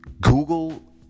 Google